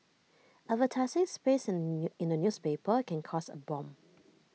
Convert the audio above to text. advertising space in A newspaper can cost A bomb